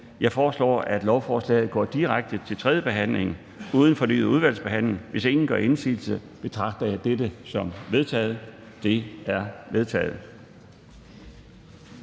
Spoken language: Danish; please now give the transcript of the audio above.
Jeg foreslår, at lovforslaget går direkte til tredje behandling uden fornyet udvalgsbehandling. Hvis ingen gør indsigelse, betragter jeg dette som vedtaget. Det er vedtaget.